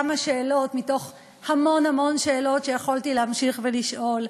כמה שאלות מתוך המון המון שאלות שיכולתי להמשיך ולשאול.